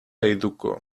eduko